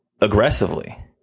aggressively